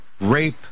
rape